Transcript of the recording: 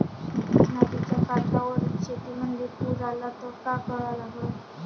नदीच्या काठावरील शेतीमंदी पूर आला त का करा लागन?